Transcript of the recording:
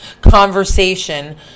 conversation